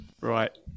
Right